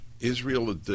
Israel